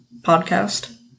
podcast